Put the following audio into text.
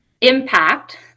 impact